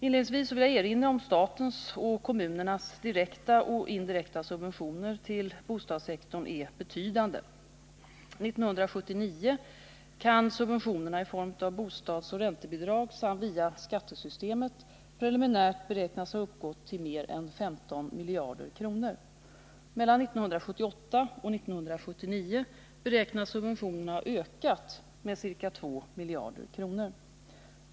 Inledningsvis vill jag erinra om att statens och kommunernas direkta och indirekta subventioner till bostadssektorn är betydande. År 1979 kan subventionerna i form av bostadsoch räntebidrag samt via skattesystemet preliminärt beräknas ha uppgått till mer än 15 miljarder kronor. Mellan åren 1978 och 1979 beräknas subventionerna ha ökat med ca 2 miljarder kronor.